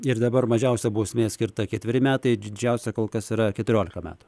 ir dabar mažiausia bausmė skirta ketveri metai didžiausia kol kas yra keturiolika metų